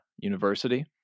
university